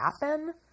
happen